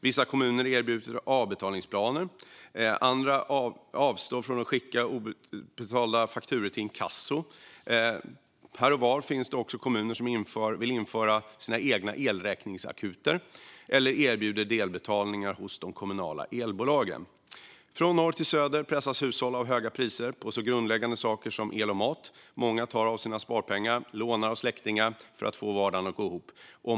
Vissa kommuner erbjuder avbetalningsplaner, andra avstår från att skicka obetalda fakturor till inkasso. Här och var finns också kommuner som vill införa sina egna elräkningsakuter eller erbjuder delbetalningar hos de kommunala elbolagen. Från norr till söder pressas hushåll av höga priser på så grundläggande saker som el och mat. Många tar av sina sparpengar eller lånar av släktingar för att få vardagen att gå ihop.